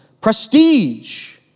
prestige